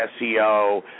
SEO